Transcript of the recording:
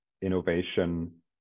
innovation